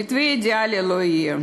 שמתווה אידיאלי לא יהיה,